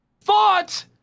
thought